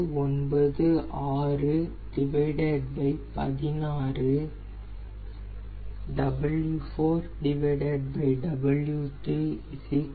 3999616 e 0